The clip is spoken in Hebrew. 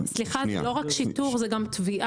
סליחה, זה לא רק שיטור זה גם תביעה.